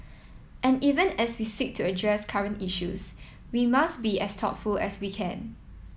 and even as we seek to address current issues we must be as thoughtful as we can